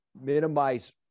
minimize